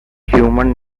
human